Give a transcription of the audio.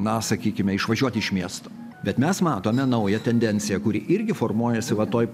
na sakykime išvažiuoti iš miesto bet mes matome naują tendenciją kuri irgi formuojasi va toj